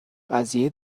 قضیه